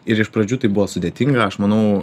ir iš pradžių tai buvo sudėtinga aš manau